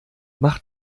mach